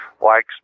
likes